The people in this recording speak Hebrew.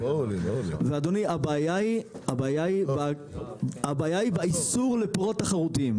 אדוני, הבעיה היא באיסור לפרו-תחרותיים.